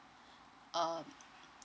uh